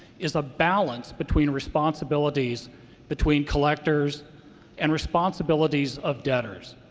is a balance between responsibilities between collectors and responsibilities of debtors.